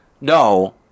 No